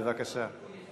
בבקשה.